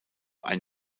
ein